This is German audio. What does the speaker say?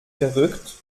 verrückt